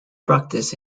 practice